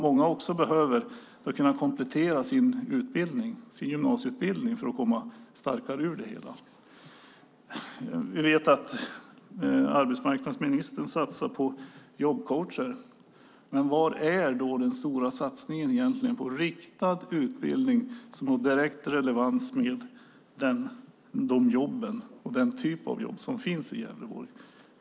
Många behöver komplettera sin gymnasieutbildning för att stärka sin kompetens. Arbetsmarknadsministern satsar på jobbcoacher. Men var är den stora satsningen på riktad utbildning som har direkt relevans för den typ av jobb som finns i Gävleborg.